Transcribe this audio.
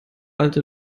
alte